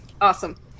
Awesome